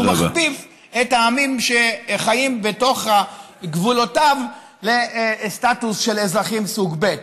שהוא מכפיף את העמים שחיים בתוך גבולותיו לסטטוס של אזרחים סוג ב'.